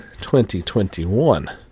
2021